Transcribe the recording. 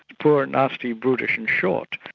poor and nasty, brutish and short.